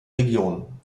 regionen